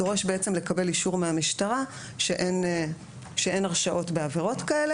נדרש לקבל אישור מהמשטרה שאין הרשעות בעבירות כאלה.